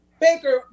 Baker